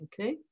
Okay